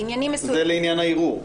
לעניינים מסוימים --- זה לעניין הערעור?